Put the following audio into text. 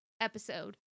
episode